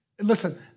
Listen